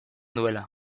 duela